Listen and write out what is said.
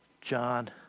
John